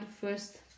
first